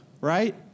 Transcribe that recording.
Right